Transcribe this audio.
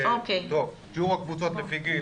שיעור הקבוצות לפי גיל.